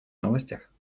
новостях